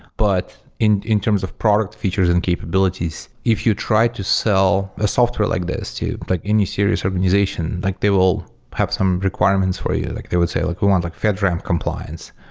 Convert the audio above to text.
but in in terms of product features and capabilities, if you try to sell a software like this to like any serious organization, like they will have some requirements for you. like they would say, like we want like fedramp compliance,